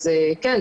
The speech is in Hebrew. אז כן,